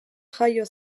jaio